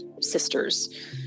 sisters